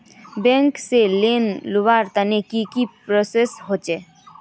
Bank से loan लुबार तने की की प्रोसेस होचे?